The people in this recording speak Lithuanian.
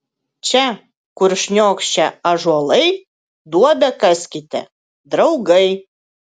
čia kur šniokščia ąžuolai duobę kaskite draugai